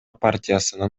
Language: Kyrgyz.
партиясынын